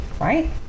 Right